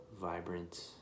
vibrant